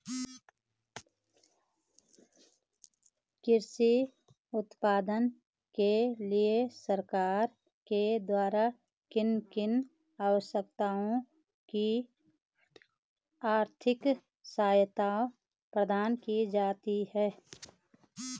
कृषि उत्पादन के लिए सरकार के द्वारा किन किन अवस्थाओं में आर्थिक सहायता प्रदान की जाती है?